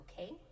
okay